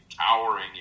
towering